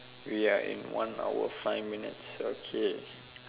ya in one hour five minutes okay